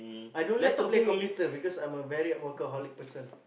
I don't like to play computer because I'm a very workaholic person